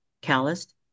calloused